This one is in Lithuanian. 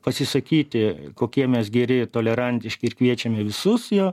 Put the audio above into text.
pasisakyti kokie mes geri tolerantiški ir kviečiame visus jo